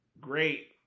great